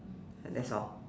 that's all